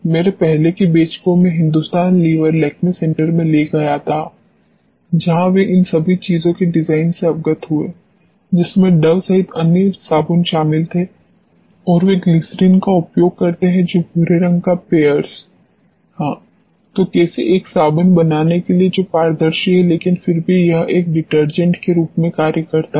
मेरे पहले के बैच को मैं हिंदुस्तान लीवर लैक्मे सेंटर में ले गया था जहां वे इन सभी चीजों के डिजाइन से अवगत हुए जिसमें डव सहित अन्य साबुन शामिल थे और वे ग्लिसरीन का उपयोग करते हैं जो भूरे रंग का पेअर्स हाँ तो कैसे एक साबुन बनाने के लिए जो पारदर्शी है लेकिन फिर भी यह एक डिटर्जेंट के रूप में कार्य करता है